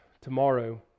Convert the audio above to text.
tomorrow